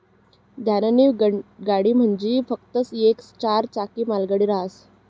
धान्यनी गाडी म्हंजी फकस्त येक चार चाकी मालगाडी रहास